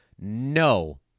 No